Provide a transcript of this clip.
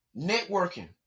networking